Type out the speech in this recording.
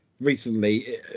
Recently